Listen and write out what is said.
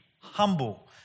humble